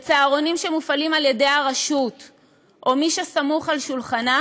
בצהרונים שמופעלים על ידי הרשות או מי שסמוך על שולחנה,